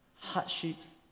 hardships